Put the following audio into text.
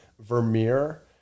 Vermeer